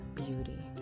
beauty